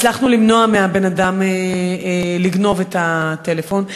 הצלחנו למנוע מהבן-אדם לגנוב את הטלפון.